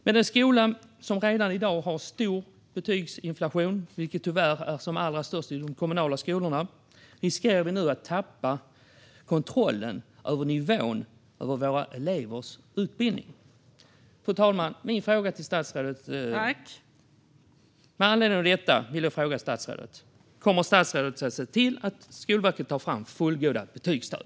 Med en skola som redan i dag har stor betygsinflation, vilken tyvärr är allra störst i de kommunala skolorna, riskerar vi nu att tappa kontrollen över nivån på våra elevers utbildning. Fru talman! Med anledning av detta vill jag fråga statsrådet: Kommer statsrådet att se till att Skolverket tar fram fullgoda betygsstöd?